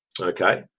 okay